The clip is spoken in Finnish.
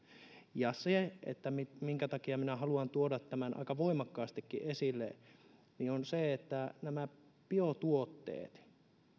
ja se minkä takia minä haluan tuoda tämän aika voimakkaastikin esille johtuu siitä että nämä biotuotteet